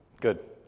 good